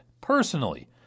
personally